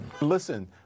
Listen